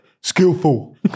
Skillful